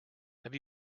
have